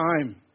time